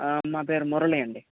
మా పేరు మురళి అండి